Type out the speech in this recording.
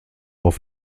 auf